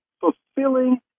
fulfilling